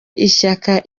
ishyaka